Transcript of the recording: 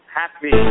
happy